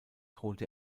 holte